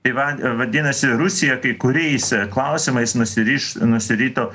tai va vadinasi rusija kai kuriais klausimais nusiriš nusirito